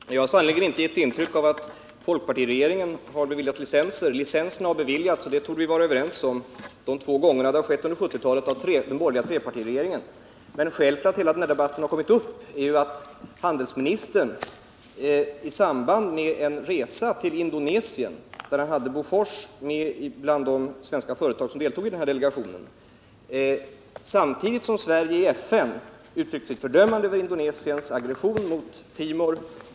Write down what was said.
Herr talman! Jag har sannerligen inte försökt ge intryck av att folkpartiregeringen har beviljat licenser. De två gånger licenser har beviljats under 1970-talet har det gjorts av den borgerliga trepartiregeringen. Skälet till att hela den här debatten tagits upp är att handelsministern i december både här i kammaren och i tidningarna — i samband med en resa till Indonesien, där AB Bofors fanns med bland de svenska företagen i delegationen — med stor intensitet försvarade den vapenexport som trepartiregeringen hade gett upphov till.